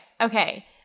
Okay